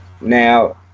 Now